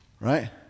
right